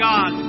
God